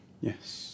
Yes